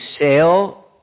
sale